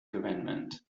government